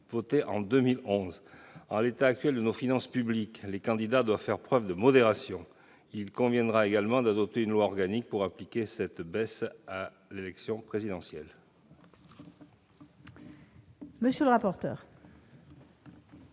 votée en 2011. En effet, en l'état actuel de nos finances publiques, les candidats doivent faire preuve de modération. Il conviendra d'adopter une loi organique pour appliquer cette baisse à l'élection présidentielle.